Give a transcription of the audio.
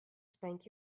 spank